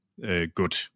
good